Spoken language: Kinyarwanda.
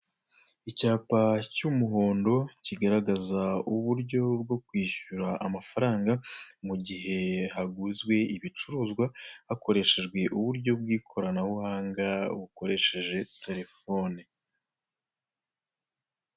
Icyapa cy'umuhondo kigaragaza uburyo bwo kwishyura amafaranga mu gihe haguzwe ibicuruzwa hakoreshejwe uburyo bw'ikoranabuhanga bukoresheje telefone.